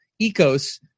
ecos –